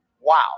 Wow